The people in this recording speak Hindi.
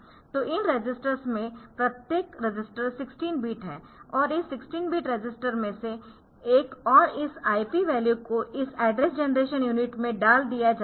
तो इन रजिस्टर्स में प्रत्येक रजिस्टर 16 बिट है और इस 16 बिट रजिस्टर में से एक और इस IP वैल्यू को इस एड्रेस जेनरेशन यूनिट में डाल दिया जाता है